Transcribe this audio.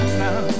now